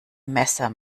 messer